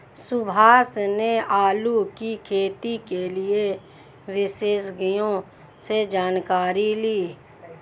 सुभाष ने आलू की खेती के लिए विशेषज्ञों से जानकारी ली